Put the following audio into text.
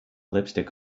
lipstick